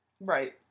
right